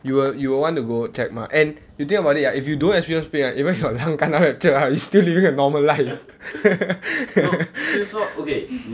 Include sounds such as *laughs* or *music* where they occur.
you will you will want to go check mah and if you think about it ah if you don't experience pain ah even your *laughs* lung kena rupture ah you still living a normal life *laughs*